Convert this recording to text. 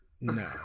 No